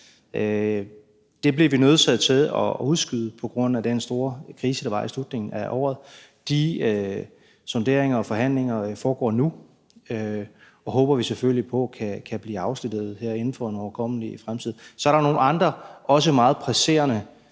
Det blev vi nødsaget til at udskyde på grund af den store krise, der var i slutningen af året. De sonderinger og forhandlinger foregår nu, og dem håber vi selvfølgelig på kan blive afsluttet her inden for en overkommelig fremtid. Så er der nogle andre også meget presserende